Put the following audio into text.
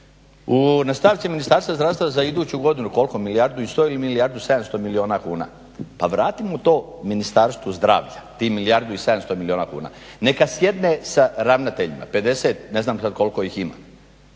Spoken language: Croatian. na stavci Ministarstva zdravstva za iduću godina koliko, milijardu i 100 ili milijardu 700 milijuna kuna. Pa vratimo to Ministarstvu zdravlja tih milijardu i 700 milijuna kuna, neka sjedne sa ravnateljima, 50, ne znam koliko ih ima,